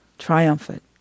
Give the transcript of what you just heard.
triumphant